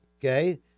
okay